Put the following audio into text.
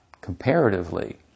comparatively